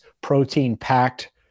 protein-packed